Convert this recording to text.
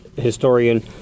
historian